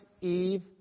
Eve